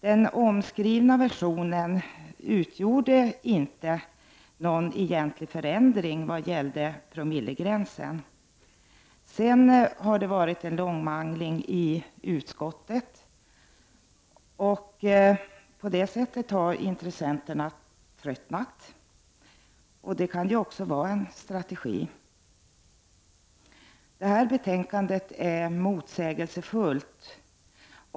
Den omskrivna versionen innebar inte någon egentlig förändring i frågan om promillegränsen. Därefter har det varit en långmangling i utskottet. Då har intressenterna tröttnat — det kan ju också vara en strategi. Betänkandet är motsägelsefullt.